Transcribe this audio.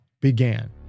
began